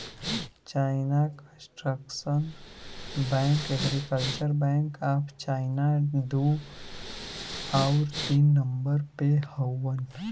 China construction bank, agriculture bank of China दू आउर तीन नम्बर पे हउवन